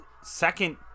second